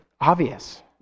obvious